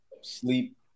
sleep